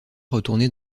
retourner